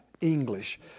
English